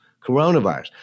coronavirus